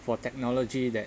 for technology that